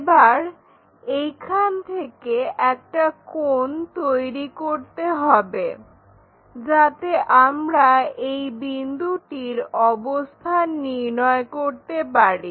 এবার এইখান থেকে একটা কোণ তৈরি করতে হবে যাতে আমরা এই বিন্দুটির অবস্থান নির্ণয় করতে পারি